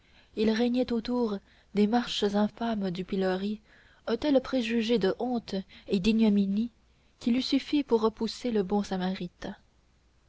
il régnait autour des marches infâmes du pilori un tel préjugé de honte et d'ignominie qu'il eût suffi pour repousser le bon samaritain